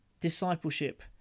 discipleship